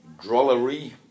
Drollery